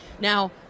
Now